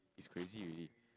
it's crazy already